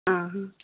ଆଁ ହଁ